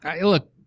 look